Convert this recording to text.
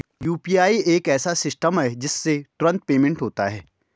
UPI एक ऐसा system है जिससे तुरंत पेमेंट होता है